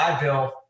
Bill